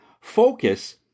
focus